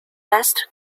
best